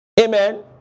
Amen